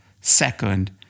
second